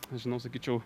nežinau sakyčiau